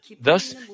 Thus